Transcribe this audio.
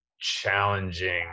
challenging